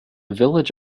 village